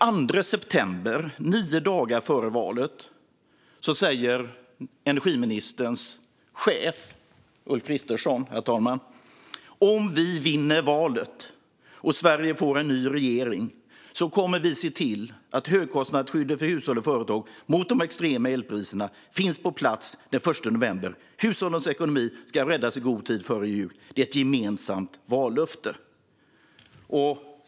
Den 2 september, nio dagar före valet, sa energiministerns chef Ulf Kristersson: "Om vi vinner valet och Sverige får en ny regering kommer vi att se till att högkostnadsskyddet för hushåll och företag mot de extrema elpriserna finns på plats den 1 november. Hushållens ekonomi ska räddas i god tid före jul. Det är ett gemensamt vallöfte."